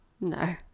no